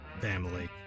family